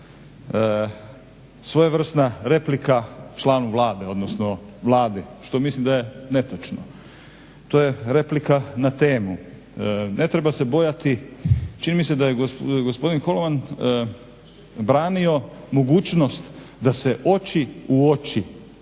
svojevrsna replika članu Vlade, odnosno Vladi što mislim da je netočno, to je replika na temu. Ne treba se bojati, čini mi se da je gospodin Koloman branio mogućnost da se oči u oči